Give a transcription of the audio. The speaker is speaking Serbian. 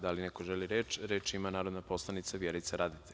Da li neko želi reč? (Da) Reč ima narodna poslanica Vjerica Radeta.